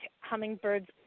hummingbirds